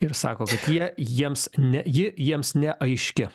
ir sako jie jiems ne ji jiems neaiški